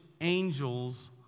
angels